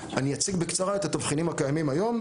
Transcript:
אלא אני אציג בקצרה את התבחינים הקיימים היום,